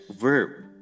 verb